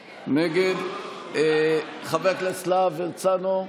נגד, חבר הכנסת להב הרצנו,